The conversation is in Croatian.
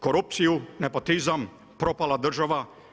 Korupciju, nepotizam, propala država.